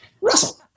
Russell